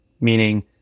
meaning